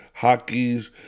hockeys